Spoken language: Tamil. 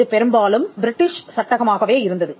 இது பெரும்பாலும் பிரிட்டிஷ் சட்டமாகவே இருந்தது